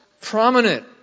prominent